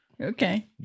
Okay